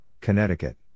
Connecticut